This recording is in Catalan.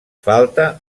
falta